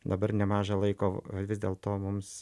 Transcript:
dabar nemažą laiko vis dėlto mums